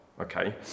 okay